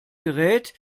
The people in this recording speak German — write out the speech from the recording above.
gerät